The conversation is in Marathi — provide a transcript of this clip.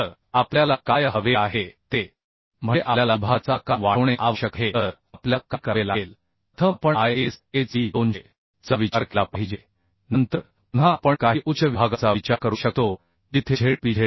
तर आपल्याला काय हवे आहे ते म्हणजे आपल्याला विभागाचा आकार वाढवणे आवश्यक आहे तर आपल्याला काय करावे लागेल प्रथम आपण ISHB 200 चा विचार केला पाहिजे नंतर पुन्हा आपण काही उच्च विभागाचा विचार करू शकतो जिथे ZpZ